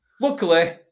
Luckily